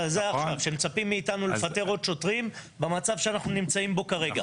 שמצפים מאתנו לפטר עוד שוטרים במצב שאנחנו נמצאים בו כרגע.